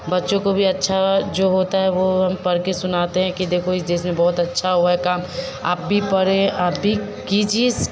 बच्चों को भी अच्छा जो होता है वो हम पढ़ के सुनाते हैं कि देखो इस देश में बहुत अच्छा हुआ है काम आप भी पढ़ें आप भी कीजिए